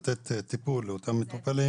לתת טיפול לאותם מטופלים